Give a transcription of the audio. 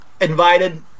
invited